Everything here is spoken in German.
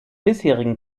bisherigen